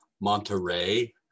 Monterey